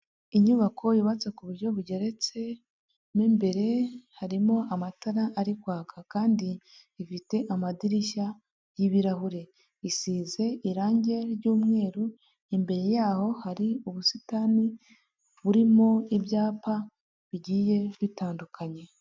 Inyubako yubatse ku buryo bugeretse mo imbere harimo amatara ari kwaka kandi ifite amadirishya y'ibirahure, isize irangi ry'umweru, imbere yaho hari ubusitani burimo ibyapa bigiye bitandukanye.